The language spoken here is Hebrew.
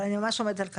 אני ממש עומדת על כך.